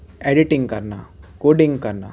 editing ਕਰਨਾ coding ਕਰਨਾ